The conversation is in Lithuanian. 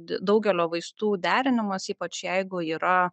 daugelio vaistų derinimas ypač jeigu yra